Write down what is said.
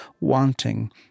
wanting